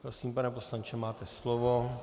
Prosím, pane poslanče, máte slovo.